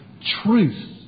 truth